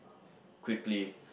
quickly